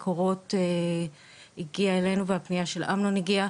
מקורות הגיע אלינו והפנייה שאמנון הגיעה,